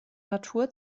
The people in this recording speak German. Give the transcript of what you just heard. natur